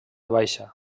baixa